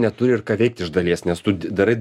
neturi ir ką veikt iš dalies nes tu darai